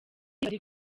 bari